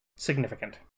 Significant